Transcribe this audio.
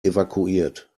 evakuiert